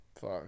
fuck